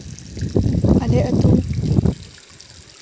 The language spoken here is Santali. ᱟᱞᱮ ᱟᱛᱳ